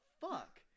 fuck